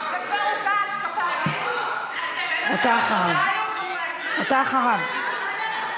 זה כבר הוגש, אין לכם עבודה היום, חברי הכנסת?